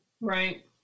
right